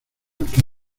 que